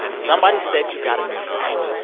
somebody said you got a new friend.